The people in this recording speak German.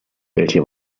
welche